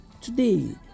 Today